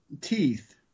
teeth